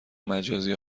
مجازی